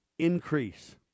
Increase